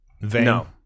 no